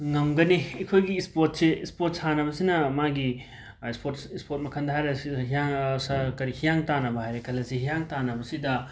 ꯉꯝꯒꯅꯤ ꯑꯩꯈꯣꯏꯒꯤ ꯏꯁꯄꯣꯔꯠꯁꯦ ꯏꯁꯄꯣꯔꯠ ꯁꯥꯟꯅꯕꯁꯤꯅ ꯃꯥꯒꯤ ꯏꯁꯄꯣꯔꯠꯁ ꯏꯁꯄꯣꯔꯠ ꯃꯈꯜꯗ ꯍꯥꯏꯔꯒ ꯁꯤ ꯍꯤꯌꯥꯡ ꯀꯔꯤ ꯍꯤꯌꯥꯡ ꯇꯥꯟꯅꯕ ꯍꯥꯏꯔꯦ ꯈꯜꯂꯁꯤ ꯍꯤꯌꯥꯡ ꯇꯥꯟꯅꯕꯁꯤꯗ